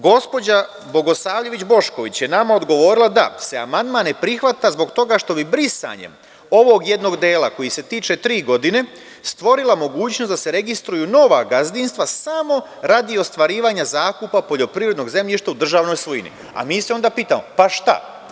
Gospođa Bogosavljević Bošković je nama odgovorila da se amandman ne prihvata zbog toga što bi brisanjem ovog jednog dela koji se tiče tri godine stvorila mogućnost da se registruju nova gazdinstva samo radi ostvarivanja zakupa poljoprivrednog zemljišta u državnoj svojini, a mi se onda pitamo - pa, šta?